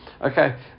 Okay